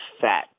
fat